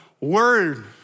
Word